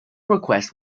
request